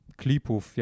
klipów